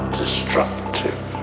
destructive